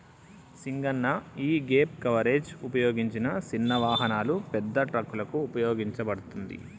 సింగన్న యీగేప్ కవరేజ్ ఉపయోగించిన సిన్న వాహనాలు, పెద్ద ట్రక్కులకు ఉపయోగించబడతది